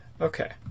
Okay